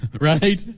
Right